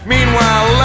Meanwhile